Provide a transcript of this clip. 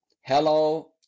Hello